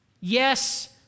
yes